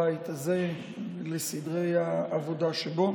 כי אין ספק שההצעה נוגעת לפעולתו החשובה של הבית הזה ולסדרי העבודה שבו.